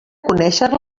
conéixer